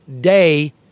day